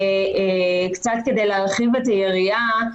קצת כדי להרחיב את היריעה,